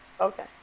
okay